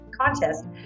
contest